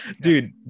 dude